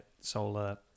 solar